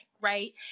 right